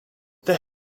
their